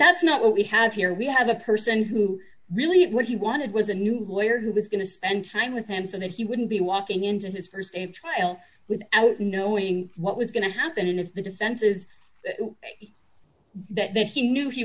that's not what we have here we have a person who really what he wanted was a new lawyer who was going to spend time with him so that he wouldn't be walking into his st day of trial without knowing what was going to happen if the defense is that if you knew he